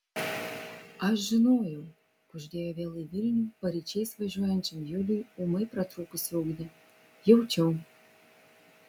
aš žinojau kuždėjo vėl į vilnių paryčiais važiuojančiam juliui ūmai pratrūkusi ugnė jaučiau